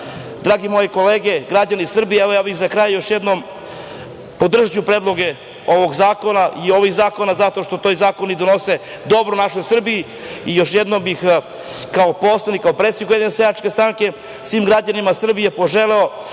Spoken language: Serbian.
Drage moje kolege, građani Srbije, evo, ja bih za kraj još jednom, podržaću predloge ovog zakona i ovih zakona zato što to i zakoni donose dobro našoj Srbiji i još jednom bih kao poslanik, kao predsednik USS, svim građanima Srbije poželeo